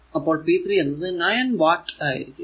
അപ്പോൾ p 3 എന്നത് 9 watt ആയിരിക്കും